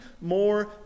more